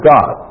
God